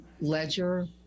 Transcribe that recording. ledger